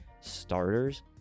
starters